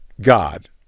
God